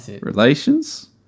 relations